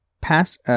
Pass